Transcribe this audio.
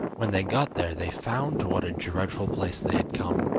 when they got there they found to what a dreadful place they had come,